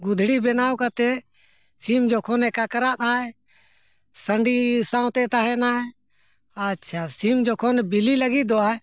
ᱜᱩᱫᱽᱲᱤ ᱵᱮᱱᱟᱣ ᱠᱟᱛᱮᱫ ᱥᱤᱢ ᱡᱚᱠᱷᱚᱱᱮ ᱠᱟᱠᱨᱟᱫ ᱟᱭ ᱥᱟᱺᱰᱤ ᱥᱟᱶᱛᱮ ᱛᱟᱦᱮᱱᱟᱭ ᱟᱪᱪᱷᱟ ᱥᱤᱢ ᱡᱚᱠᱷᱚᱱᱮ ᱵᱤᱞᱤ ᱞᱟᱹᱜᱤᱫᱚᱜ ᱟᱭ